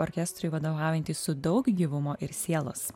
orkestrui vadovaujantį su daug gyvumo ir sielos